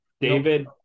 David